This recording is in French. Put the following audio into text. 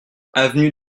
avenue